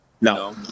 No